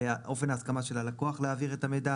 אופן ההסכמה של הלקוח להעביר את המידע